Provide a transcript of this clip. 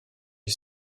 est